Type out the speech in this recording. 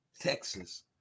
Texas